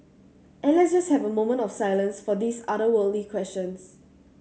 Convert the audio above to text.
and let's just have a moment of silence for these otherworldly questions